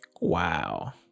Wow